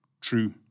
true